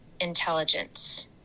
intelligence